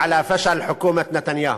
היא הוכחה לכישלונה של ממשלת נתניהו.